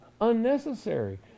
unnecessary